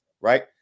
right